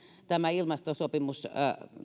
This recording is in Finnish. tämä ilmastosopimus